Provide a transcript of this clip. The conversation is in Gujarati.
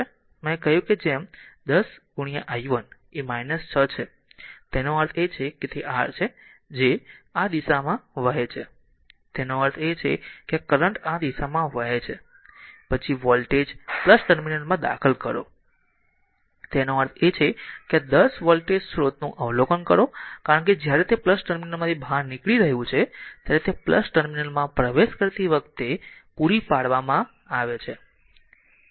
મેં કહ્યું કે જેમ 10 i 1 એ 6 છે તેનો અર્થ એ છે કે તે r છે જેને તે આ દિશામાં r તરફ વહે છે તેનો અર્થ એ છે કે આ કરંટ આ દિશામાં વહે છે પછી વોલ્ટેજ ટર્મિનલમાં દાખલ કરો તેનો અર્થ એ છે કે આ 10 વોલ્ટેજ સ્રોત નું અવલોકન કરો કારણ કે જ્યારે તે ટર્મિનલમાંથી બહાર નીકળી રહ્યું છે ત્યારે તે ટર્મિનલમાં પ્રવેશ કરતી વખતે પૂરી પાડવામાં આવે છે